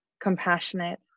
compassionate